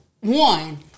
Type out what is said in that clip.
one